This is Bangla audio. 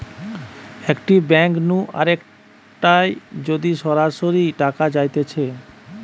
একটি ব্যাঙ্ক নু আরেকটায় যদি সরাসরি টাকা যাইতেছে